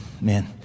man